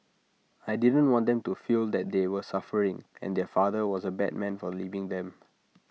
I didn't want them to feel that they were suffering and their father was A bad man for leaving them